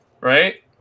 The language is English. right